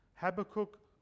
Habakkuk